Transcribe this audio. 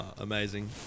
Amazing